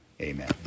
Amen